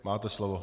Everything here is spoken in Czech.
Máte slovo.